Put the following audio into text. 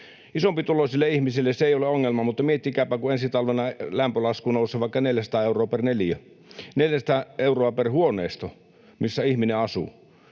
Isompituloisille ihmisille se ei ole ongelma, mutta miettikääpä, kun ensi talvena lämpölasku nousee vaikka 400 euroa per huoneisto, missä ihminen asuu.